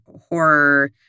horror